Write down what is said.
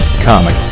Comic